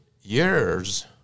years